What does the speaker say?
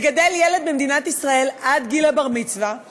לגדל ילד במדינת ישראל עד גיל הבר-מצווה עולה,